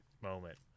moment